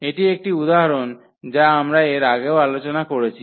এটি একটি উদাহরণ যা আমরা এর আগেও আলোচনা করেছি